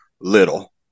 little